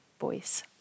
voice